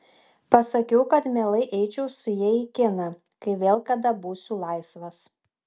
pasakiau kad mielai eičiau su ja į kiną kai vėl kada būsiu laisvas